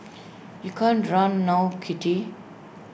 you can't run now kitty